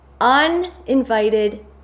uninvited